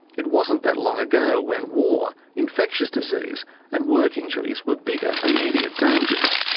it wasn't that long ago when war, infectious disease and work injuries were bigger, immediate dangers.